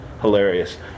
Hilarious